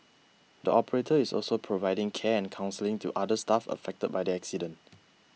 the operator is also providing care and counselling to other staff affected by the accident